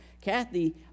Kathy